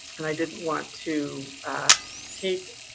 and i didn't want to take